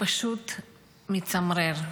פשוט מצמרר.